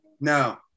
No